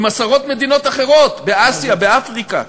עם עשרות מדינות אחרות באסיה, באפריקה.